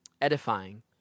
edifying